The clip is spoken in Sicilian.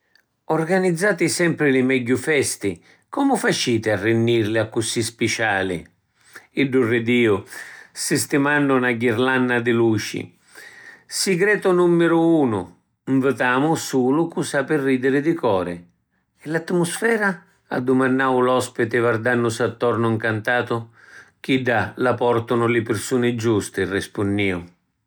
Organizzati sempri li megghiu festi. Comu faciti a rinnilli accussì spiciali? Iddu ridiu, sistimannu na ghirlanna di luci. “Sigreto nummiru unu: nvitamu sulu cu sapi ridiri di cori.” “E l’attimusfera?” addumannau l’ospiti, vardannusi attornu ncantatu. “Chidda la portanu li pirsuni giusti” rispunnniu.